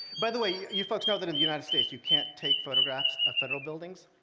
by the way, you folks know that in the united states, you can't take photographs of federal buildings,